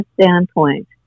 standpoint